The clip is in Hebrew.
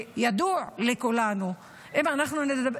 ידוע לכולנו, אם אנחנו נדבר,